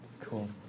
Cool